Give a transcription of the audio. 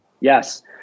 yes